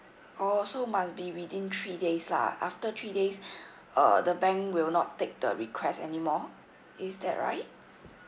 oh also must be within three days lah after three days uh the bank will not take the request anymore is that right